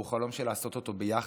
והוא חלום של לעשות אותו ביחד.